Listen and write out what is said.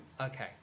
Okay